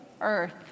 earth